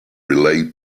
relay